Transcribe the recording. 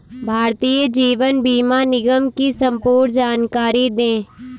भारतीय जीवन बीमा निगम की संपूर्ण जानकारी दें?